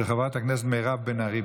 של חברת הכנסת מירב בן ארי,